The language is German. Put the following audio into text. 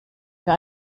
für